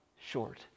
short